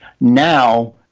now